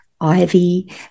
ivy